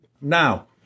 Now